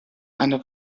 eine